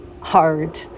hard